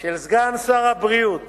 של סגן שר הבריאות